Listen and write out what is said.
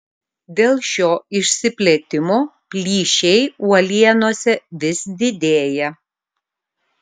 dėl šio išsiplėtimo plyšiai uolienose vis didėja